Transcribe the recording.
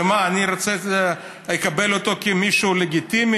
אז מה, אז אני צריך לקבל אותו כמישהו לגיטימי?